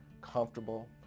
comfortable